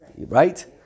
Right